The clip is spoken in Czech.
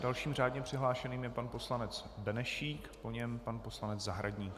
Dalším řádně přihlášeným je pan poslanec Benešík, po něm pan poslanec Zahradník.